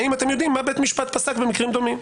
האם אתם יודעים מה בית משפט פסק במקרים דומים?